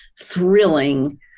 thrilling